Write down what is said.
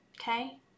Okay